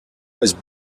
was